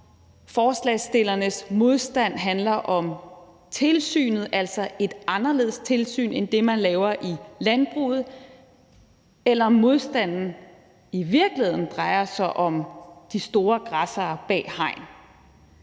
forslagsstillernes modstand handler om tilsynet, altså et anderledes tilsyn end det, man laver i landbruget, eller om modstanden i virkeligheden drejer sig om de store græssere bag hegn.